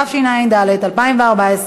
התשע"ד 2014,